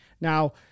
Now